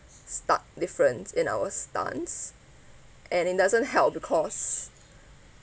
stark difference in our stance and it doesn't help because